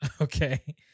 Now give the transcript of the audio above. Okay